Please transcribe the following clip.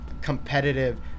competitive